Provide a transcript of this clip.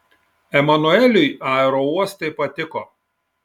emanueliui aerouostai patiko